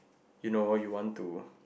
you know you want to